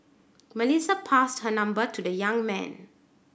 Melissa passed her number to the young man